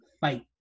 fight